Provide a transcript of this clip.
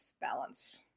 balance